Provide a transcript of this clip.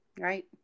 right